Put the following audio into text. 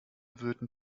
würden